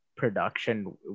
production